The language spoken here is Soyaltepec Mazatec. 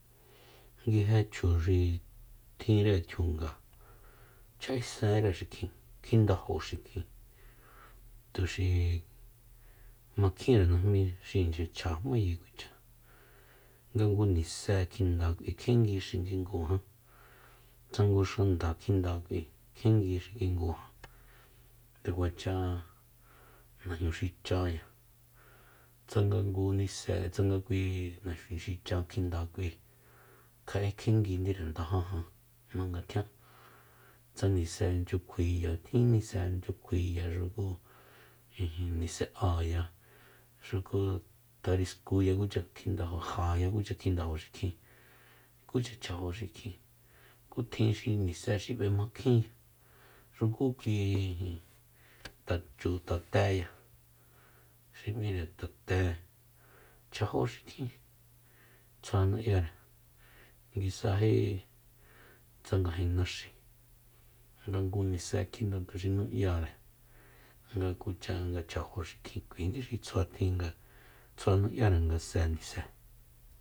Nguije chu xi tjinre tjiunga cha isere xikjin kjindajo xikjin tuxi makjinre najmí xi inchya chja jmayi kuch nga ngu nise kjinda k'ui kiengui xikingu jan tsa ngu xanda kjinda k'ui kjiengui xikingu jan nde kuacha najñu xichaya tsanga ngu nise tsanga kui najñu xicha kjinda k'ui kja'e kienguinire nda jájan jmanga tjian tsa nise nchyukjuiya tjin nise nchyukjuiya xuku ijin nise'aya xuku tariskuya kucha kjindajo jaya kucha kjindaji xikjin kucha chajo xikjin ku tjin xi nise xi b'ama kjinya xuku ku ijin chu tatéya xi m'íre tate chjajo xikjin tsjua nu'yare nguisaji tsa ngajin naxi nga ngu nise kjinda tuxi nu'yare nga kuacha nga chjajo xikjin kuini xi tsjuatjin nga tsjua nu'yare nga se nise